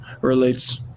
relates